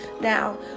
Now